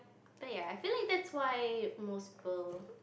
but ya I feel like that's why most people